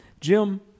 Jim